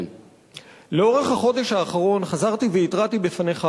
לאורך החודש האחרון חזרתי והתרעתי בפניך,